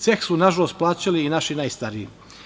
Ceh su nažalost plaćali i naši najstariji.